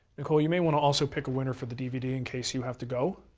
nicole, you may want to also pick a winner for the dvd, in case you have to go.